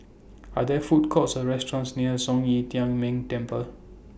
Are There Food Courts Or restaurants near Zhong Yi Tian Ming Temple